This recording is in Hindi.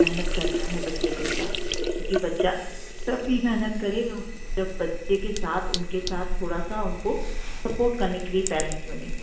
मेहनत करना है बच्चे के साथ क्योंकि बच्चा तभी मेहनत करेगा जब बच्चे के साथ उनके साथ थोड़ा सा उनको सपोर्ट करने के लिए पेरेंट्स मिलेंगे